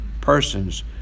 persons